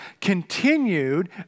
continued